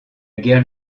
guerre